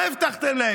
מה הבטחתם להם?